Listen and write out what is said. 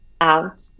out